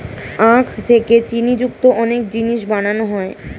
আখ থেকে চিনি যুক্ত অনেক জিনিস বানানো হয়